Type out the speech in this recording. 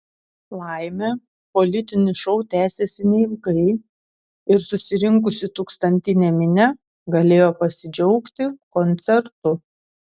laimė politinis šou tęsėsi neilgai ir susirinkusi tūkstantinė minia galėjo pasidžiaugti koncertu